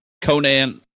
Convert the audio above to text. Conan